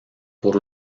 por